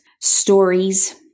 stories